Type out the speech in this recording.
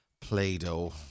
Play-Doh